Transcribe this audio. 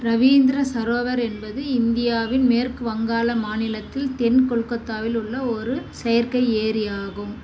இரவீந்திர சரோவர் என்பது இந்தியாவின் மேற்கு வங்காள மாநிலத்தில் தென் கொல்கத்தாவில் உள்ள ஒரு செயற்கை ஏரியாகும்